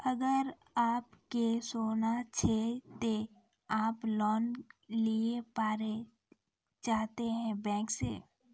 अगर आप के सोना छै ते आप लोन लिए पारे चाहते हैं बैंक से?